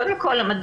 קודם כל המדד,